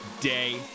day